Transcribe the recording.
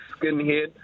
skinhead